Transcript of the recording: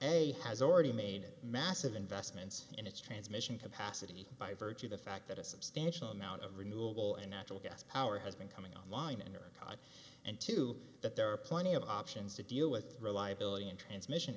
he has already made it massive investments in its transmission capacity by virtue of the fact that a substantial amount of renewable and natural gas power has been coming online in your god and to that there are plenty of options to deal with reliability and transmission